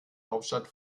hauptstadt